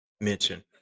mention